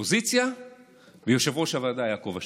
אופוזיציה ויושב-ראש הוועדה יעקב אשר.